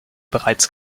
bereits